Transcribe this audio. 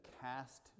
cast